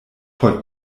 por